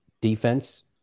defense